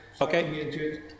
Okay